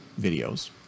videos